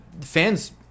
fans